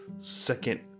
second